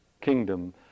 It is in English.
kingdom